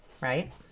right